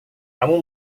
kamu